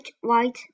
white